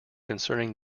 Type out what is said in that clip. concerning